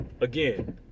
Again